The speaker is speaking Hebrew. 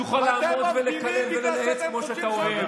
תוכל לעמוד, לקלל ולנאץ כמו שאתה אוהב.